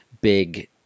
big